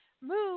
move